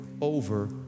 over